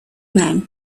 man